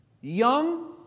young